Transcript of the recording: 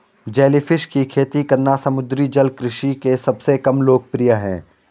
jellyfish की खेती करना समुद्री जल कृषि के सबसे कम लोकप्रिय है